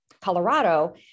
Colorado